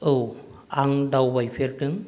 औ आं दावबायफेरदों